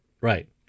right